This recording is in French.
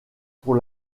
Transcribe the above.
pour